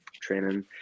training